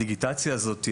הדיגיטציה הזאת,